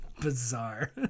Bizarre